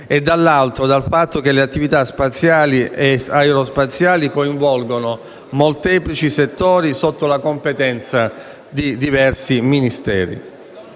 e, dall'altro lato, dal fatto che le attività spaziali e aerospaziali coinvolgono molteplici settori sotto la competenza di diversi Ministeri.